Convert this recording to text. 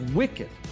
wicked